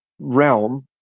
realm